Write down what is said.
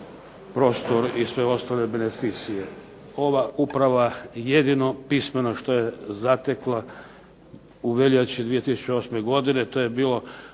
prostor i sve ostale beneficije. Ova uprava jedino pismeno što je zatekla u veljači 2008. godine to je bilo